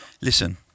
Listen